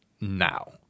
now